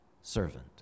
servant